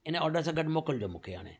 हिन ऑडर सां गॾु मोकिलिजो हाणे